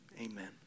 Amen